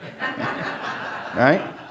Right